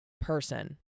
person